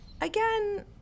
again